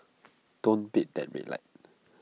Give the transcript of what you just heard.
don't beat that red light